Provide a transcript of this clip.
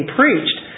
preached